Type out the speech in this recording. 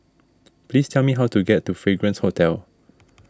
please tell me how to get to Fragrance Hotel